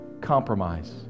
compromise